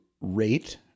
rate